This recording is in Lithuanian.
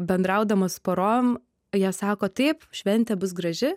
bendraudama su parom jie sako taip šventė bus graži